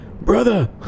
Brother